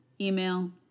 email